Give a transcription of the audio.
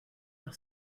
leur